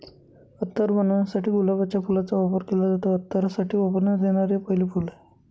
अत्तर बनवण्यासाठी गुलाबाच्या फुलाचा वापर केला जातो, अत्तरासाठी वापरण्यात येणारे हे पहिले फूल आहे